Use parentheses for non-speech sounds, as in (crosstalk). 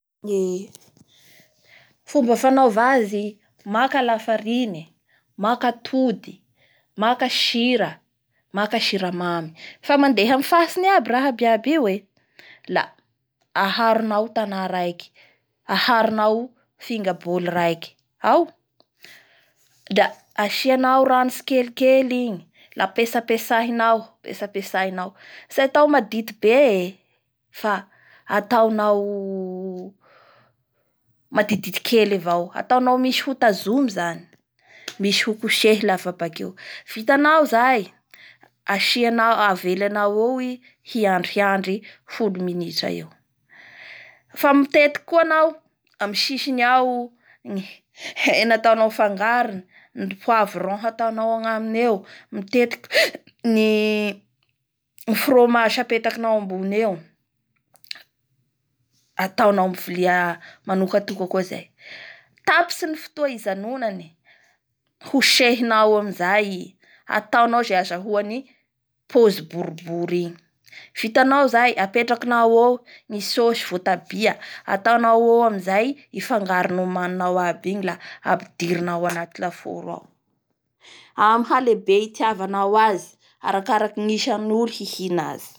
Ny fomba fanaova azy maka lafariny, maka atody, maka sira, maka siramamy, fa mandeha amin'ny fahatsiny aby raha abiabay io e, la aharoanao tana raiky, aharonao finga boly raiky ao? Da asianao rano tsikelikely igny la petsapetsahinao tsy atao madity be ee, fa ataonao madididity kely avao. Ataonao misy hotazomy zany. Misy hokosehy lafa bakeo, vitanao zay asianao, aveanao eo i hiandrihiandry folo minitra eo, (noise) fa mitetiky koa anao amin'ny sisisny ao ny hena ataonao fanagarony, ny poivron ataonao agnaminy eo, mitetiky (noise) ny fromage apetakinao ambony eo, ataonao amin'ny vilia mankataoka koa zay. Tapitsy ny fotoa ijanoany, hosehinao amizay i. Ataonao izay hazahoany pozy boribory igny vitanao zay apetrakinao eo. Ny sauce votabia ataonao eo amizay i fangaro nomaninao aby igny la apidirinao anaty lafaoro ao.